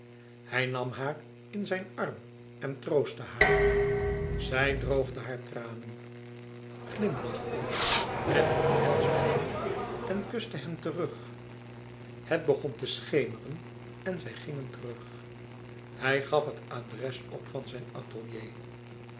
hij nam haar in zijn arm en troostte haar zij droogde hare tranen glim e ids aargang en omhelsde hem en kuste hem terug het begon te schemeren en zij gingen terug hij gaf het adres op van zijn atelier